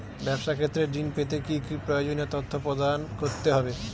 ব্যাবসা ক্ষেত্রে ঋণ পেতে কি কি প্রয়োজনীয় তথ্য প্রদান করতে হবে?